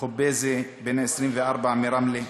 חוביזה בן 24 מרמלה,